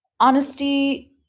honesty